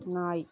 நாய்